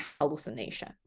hallucination